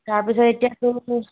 তাৰপিছত এতিয়াতো